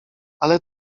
ale